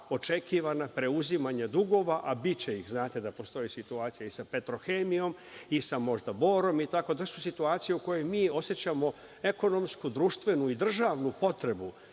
očekivana preuzimanja dugova, a biće ih, znate da postoje situacije i sa „Petrohemijom“ i sa možda „Borom“ itd. to su situacije u kojima mi osećamo ekonomsku, društvenu i državnu potrebu